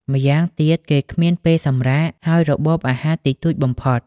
ម្យ៉ាងទៀត គេគ្មានពេលសម្រាក ហើយរបបអាហារតិចតួចបំផុត ។